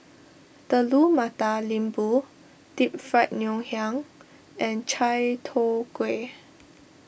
Telur Mata Lembu Deep Fried Ngoh Hiang and Chai Tow Kway